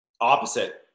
Opposite